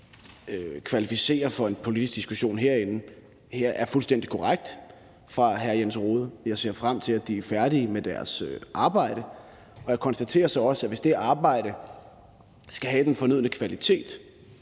kvalificere i forhold til en politisk diskussion herinde, er fuldstændig korrekt. Jeg ser frem til, at de er færdige med deres arbejde, og jeg konstaterer så også, at hvis det arbejde skal have den fornødne kvalitet,